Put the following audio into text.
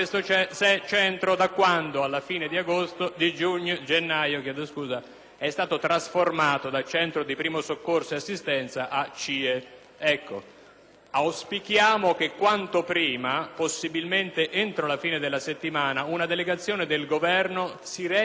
CIE. Auspichiamo che quanto prima, possibilmente entro la fine della settimana, una delegazione del Governo si rechi in quel luogo, perché da campo di identificazione ed espulsione sta diventando un vero e proprio campo di reclusione.